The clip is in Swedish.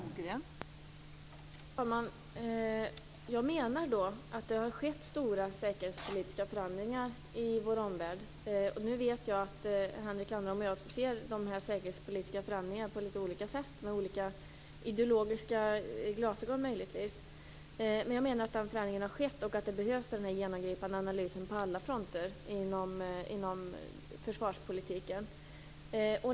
Fru talman! Jag menar att det har skett stora säkerhetspolitiska förändringar i vår omvärld. Nu vet jag att Henrik Landerholm och jag ser de här säkerhetspolitiska förändringarna på litet olika sätt. Vi ser dem kanske med olika ideologiska glasögon. Men jag menar att den förändringen har skett och att det behövs en genomgripande analys på alla fronter inom försvarspolitiken.